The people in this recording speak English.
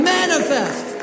manifest